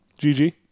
GG